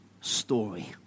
story